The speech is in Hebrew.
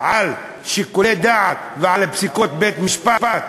על שיקולי דעת ועל פסיקות בית-משפט,